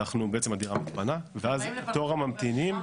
בעצם הדירה מתפנה, ואז תור הממתינים,